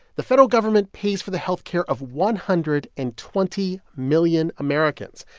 the federal government pays for the health care of one hundred and twenty million americans.